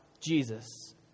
Jesus